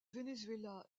venezuela